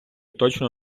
точно